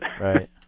Right